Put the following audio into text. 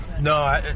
No